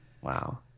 Wow